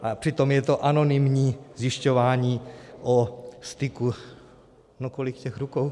A přitom je to anonymní zjišťování o styku no, kolik těch rukou?